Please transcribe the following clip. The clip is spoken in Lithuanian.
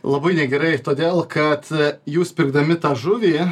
labai negerai todėl kad jūs pirkdami tą žuvį